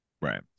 Right